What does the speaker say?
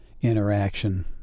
interaction